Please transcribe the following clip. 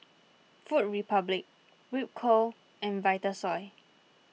Food Republic Ripcurl and Vitasoy